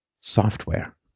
software